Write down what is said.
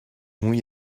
muy